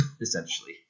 essentially